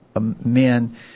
men